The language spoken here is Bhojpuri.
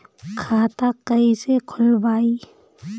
खाता कईसे खोलबाइ?